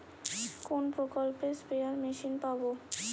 কোন প্রকল্পে spare machine পাব?